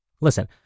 Listen